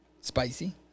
Spicy